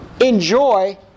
enjoy